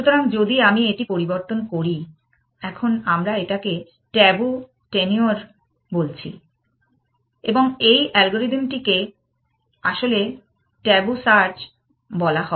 সুতরাং যদি আমি এটি পরিবর্তন করি এখন আমরা এটাকে ট্যাবু টেনিওর বলছি এবং এই অ্যালগরিদমটিকে আসলে ট্যাবু সার্চ বলা হয়